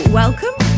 welcome